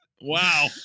Wow